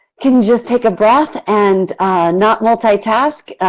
can just take a breath and not multi-task.